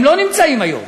הם לא נמצאים היום.